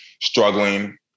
struggling